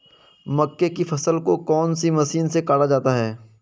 मक्के की फसल को कौन सी मशीन से काटा जाता है?